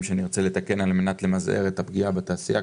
שנרצה לתקן כדי למזער את הפגיעה בתעשייה,